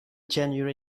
january